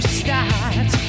start